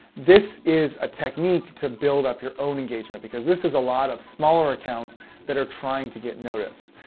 this is a technique to build up your own engagement because this is a lot of smaller accounts that are trying to get noticed.